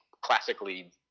classically